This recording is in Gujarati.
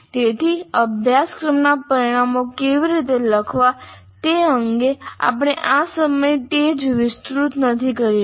તેથી અભ્યાસક્રમના પરિણામો કેવી રીતે લખવા તે અંગે આપણે આ સમયે તે જ વિસ્તૃત નથી કરી રહ્યા